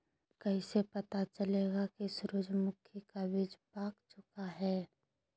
कैसे पता चलेगा की सूरजमुखी का बिज पाक चूका है?